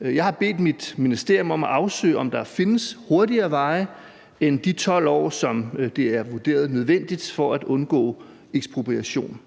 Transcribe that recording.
Jeg har bedt mit ministerium om at afsøge, om der findes hurtigere veje end de 12 år, som det er vurderet nødvendigt for at undgå ekspropriation,